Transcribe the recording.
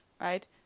right